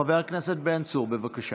חבר הכנסת בן צור, בבקשה.